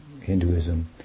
Hinduism